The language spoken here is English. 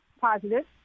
positive